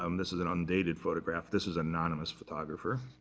um this is an undated photograph. this is an anonymous photographer.